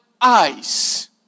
eyes